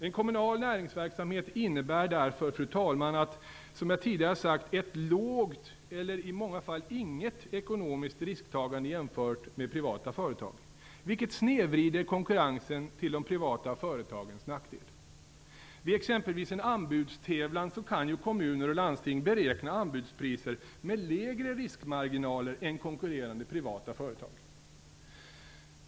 En kommunal näringsverksamhet innebär därför, som jag tidigare sagt, fru talman, ett lågt eller i många fall inget ekonomiskt risktagande jämfört med privata företag, vilket snedvrider konkurrensen till de privata företagens nackdel. Vid exempelvis en anbudstävlan kan ju kommuner och landsting beräkna anbudspriser med lägre riskmarginaler än konkurrerande privata företag.